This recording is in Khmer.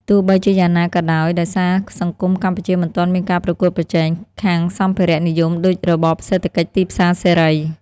ទោះបីជាយ៉ាងណាក៏ដោយ ដោយសារសង្គមកម្ពុជាមិនទាន់មានការប្រកួតប្រជែងខាងសម្ភារៈនិយមដូចរបបសេដ្ឋកិច្ចទីផ្សារសេរី។